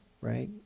right